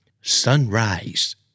Sunrise